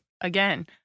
again